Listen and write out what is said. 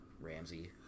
Ramsey